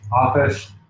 office